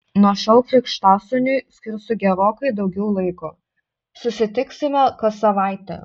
nuo šiol krikštasūniui skirsiu gerokai daugiau laiko susitiksime kas savaitę